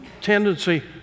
tendency